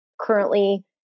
currently